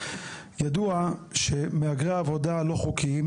ידוע שמהגרי העבודה הלא חוקיים,